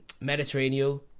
Mediterranean